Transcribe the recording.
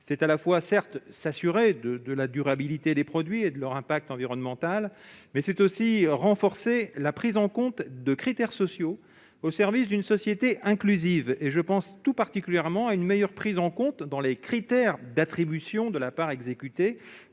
certes, c'est s'assurer de la durabilité des produits et de leur impact environnemental, mais c'est aussi renforcer la prise en compte de critères sociaux au service d'une société inclusive. Je pense tout particulièrement à une meilleure prise en compte dans les critères d'attribution de la part exécutée